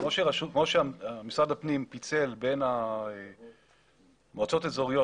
כמו שמשרד הפנים פיצל בין המועצות האזוריות